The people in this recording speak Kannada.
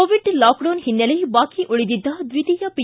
ಕೊವಿಡ್ ಲಾಕ್ಡೌನ್ ಹಿನ್ನೆಲೆ ಬಾಕಿ ಉಳಿದಿದ್ದ ದ್ವಿತೀಯ ಪಿ